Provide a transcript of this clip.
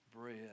bread